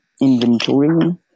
inventory